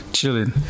Chilling